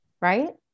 right